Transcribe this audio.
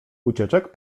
ucieczek